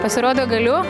pasirodo galiu